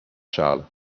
charles